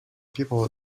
people